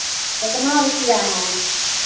कितना रुपैया है